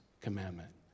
commandment